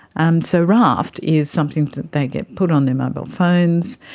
and so raft is something that they get put on their mobile phones,